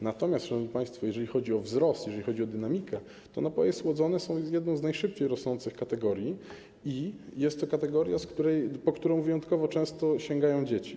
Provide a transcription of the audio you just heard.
Natomiast, szanowni państwo, jeżeli chodzi o wzrost, jeżeli chodzi o dynamikę, to napoje słodzone są jedną z najszybciej rosnących kategorii i jest to kategoria, po którą wyjątkowo często sięgają dzieci.